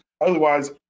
Otherwise